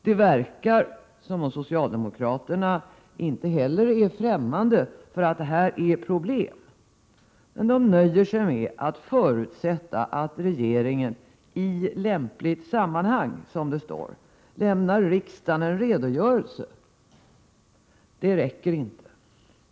Det verkar som om socialdemokraterna inte heller är främmande för att det här finns problem, men de nöjer sig med att förutsätta att regeringen ”i lämpligt sammanhang” lämnar riksdagen en redogörelse. Det räcker inte.